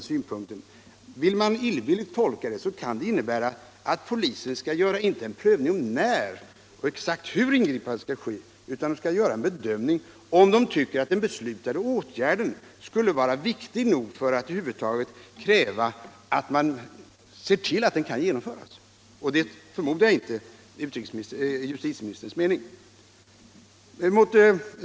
Vill man tolka detta illvilligt kan det innebära att polisen inte bara skall göra en prövning av när och exakt hur ingripande skall ske utan även en bedömning av om den beslutade åtgärden är viktig nog för att kräva att polisen ser till att den kan genomföras. Jag förmodar att detta inte är justitieministerns mening.